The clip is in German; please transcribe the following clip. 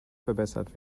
verbessert